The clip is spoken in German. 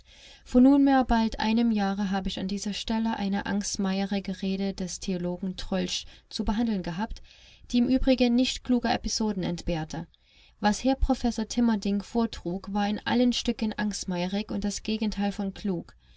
vor nunmehr bald einem jahre habe ich an dieser stelle eine angstmeierige rede des theologen tröltsch zu behandeln gehabt die im übrigen nicht kluger episoden entbehrte was herr professor timerding vortrug war in allen stücken angstmeierig und das gegenteil von klug